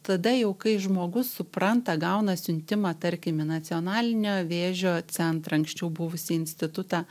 tada jau kai žmogus supranta gauna siuntimą tarkim į nacionalinio vėžio centrą anksčiau buvusį institutą